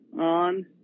on